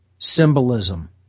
Symbolism